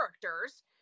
characters